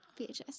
VHS